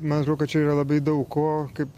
man atrodo kad čia yra labai daug o kaip